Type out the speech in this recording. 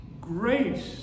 Grace